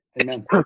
Amen